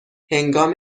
هنگام